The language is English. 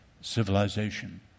civilization